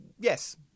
yes